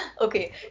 Okay